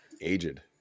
Aged